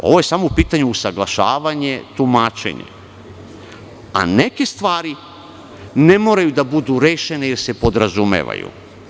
Ovo je samo u pitanju usaglašavanje tumačenja, a neke stvari ne moraju da budu rešene, jer se podrazumevaju.